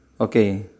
okay